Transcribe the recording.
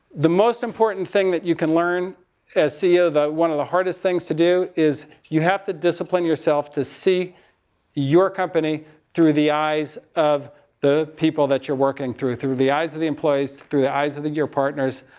the most important thing that you can learn as ceo, the, one of the hardest things to do is, you have to discipline yourself to see your company through the eyes of the people that you're working through. through the eyes of the employees, through the eyes of your partners.